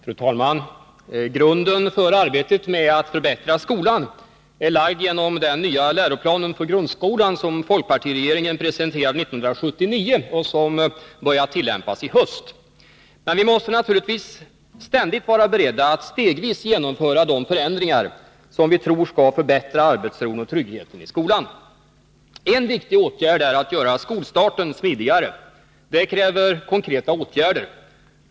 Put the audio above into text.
Fru talman! Grunden för arbetet med att förbättra skolan är lagd genom den nya läroplanen för grundskolan, som folkpartiregeringen presenterade 1979 och som börjat tillämpas i höst. Men vi måste naturligtvis ständigt vara beredda att stegvis genomföra de förändringar som vi tror skall förbättra arbetsron och tryggheten i skolan. En viktig åtgärd är att göra skolstarten smidigare. Detta kräver också konkreta åtgärder.